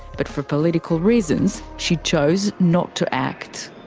but for political reasons, she chose not to act.